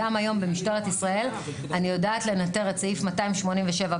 גם היום במשטרת ישראל אני יודעת לנטר את סעיף 287(ב)